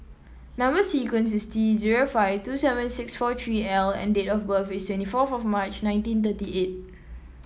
number sequence is T zero five two seven six four three L and date of birth is twenty four of March nineteen thirty eight